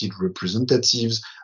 representatives